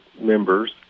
members